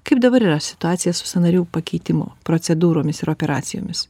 kaip dabar yra situacija su sąnarių pakeitimo procedūromis ir operacijomis